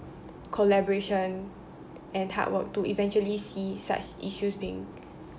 collaboration and hard work to eventually see such issues being